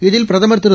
இதில் பிரதமர் திரு